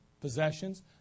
Possessions